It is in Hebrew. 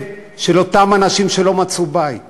אני רוצה להתחבר לכאב של אותם אנשים שלא מצאו בית